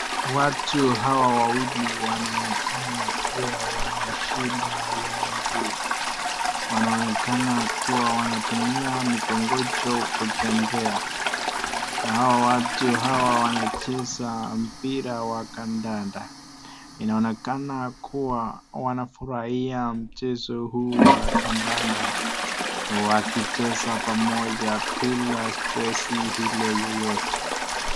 Watu hawa wawili wanaonekana kuwa wana shida ya miguu , wanaonekana kuwa wanatumia mikongojo kutembea, hawa watu hawa wanacheza mpira wa kandanda , inaonekana kuwa wanafurahia mchezo huu wa kandanda wakicheza pamoja bila (cs) stress (cs) ile yoyote.